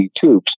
Tubes